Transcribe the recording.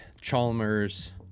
Chalmers